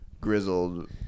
grizzled